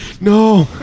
no